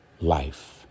life